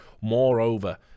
Moreover